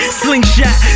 slingshot